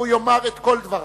והוא יאמר את כל דבריו.